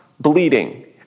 bleeding